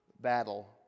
battle